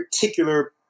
particular